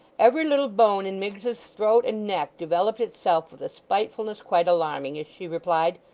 every little bone in miggs's throat and neck developed itself with a spitefulness quite alarming, as she replied,